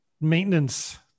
maintenance